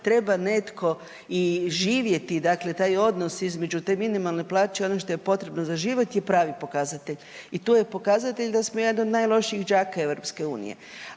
treba netko i živjeti i dakle taj odnos između te minimalne plaće i ono što je potrebno za život je pravi pokazatelj i tu je pokazatelj da smo jedan od najlošijih đaka EU,